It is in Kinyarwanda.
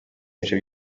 bice